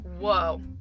Whoa